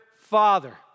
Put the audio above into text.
father